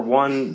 one